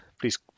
Please